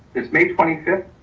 it's may twenty fifth.